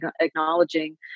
acknowledging